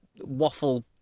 waffle